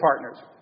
partners